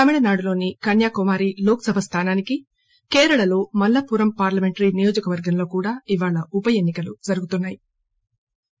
తమిళనాడులోని కన్యాకుమారి లోక్పభ స్థానానికి కేరళలో మల్లపురం పార్లమెంటరీ నియోజకవర్గంలో కూడా ఇవాళ ఉప ఎన్ని కలు జరుగుతున్నా యి